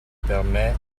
per